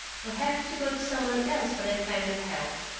you'll have to go to some one else for that kind of help.